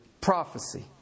Prophecy